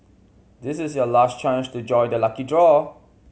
this is your last chance to join the lucky draw